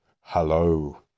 hello